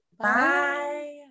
Bye